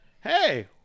hey